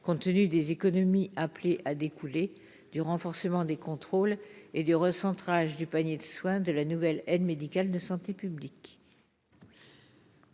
compte tenu des économies appelé à découler du renforcement des contrôles et du recentrage du panier de soins de la nouvelle aide médicale de santé publique.